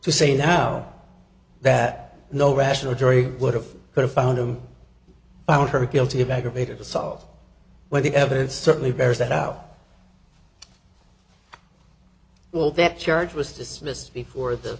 to say now that no rational jury would have found him found her guilty of aggravated assault where the evidence certainly bears that out well that charge was dismissed before the